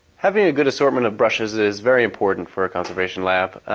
having a good assortment of brushes is very important for a conservation lab.